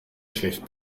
schlecht